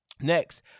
Next